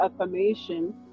affirmation